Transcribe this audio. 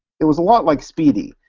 it was a lot like spdy,